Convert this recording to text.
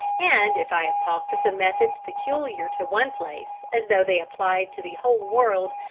and if i have talked of the methods peculiar to one place as though they applied to the whole world,